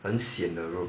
很 sian 的 bro